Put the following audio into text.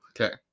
Okay